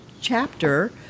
chapter